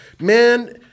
Man